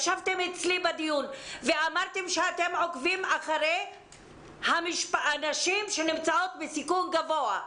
ישבתם אצלי בדיון ואמרתם שאתם עוקבים אחרי הנשים שנמצאות בסיכון גבוה.